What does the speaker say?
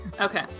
Okay